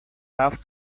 have